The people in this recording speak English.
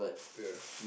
ya